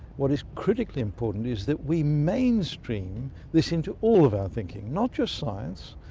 what is critically important is that we mainstream this into all of our thinking, not just science,